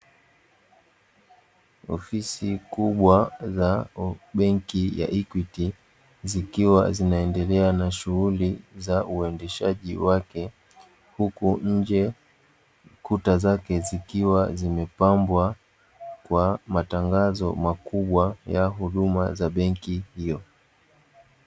Ofisi kubwa za benki ya 'Ikwiti', zikiwa zinaendelea na shughuli za uendeshaji wake, huku nje kuta zake zikiwa zimepambwa kwa matangazo makubwa ya huduma za benki hiyo.